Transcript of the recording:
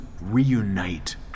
reunite